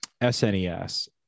SNES